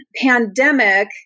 pandemic